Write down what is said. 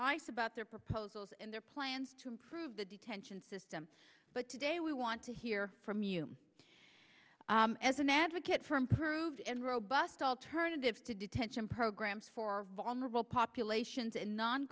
ice about their proposals and their plans to improve the detention system but today we want to hear from you as an advocate for improved and robust alternative to detention programs for vulnerable populations and non